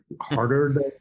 harder